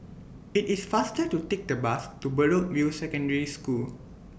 IT IS faster to Take The Bus to Bedok View Secondary School